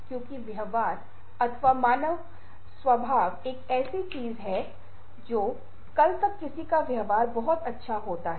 इसलिए हमारे पास इन तत्वों में हेरफेर करके लोगों को चीजों को समझने के तरीके में हेरफेर करने की क्षमता है